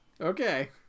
Okay